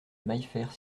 maillefert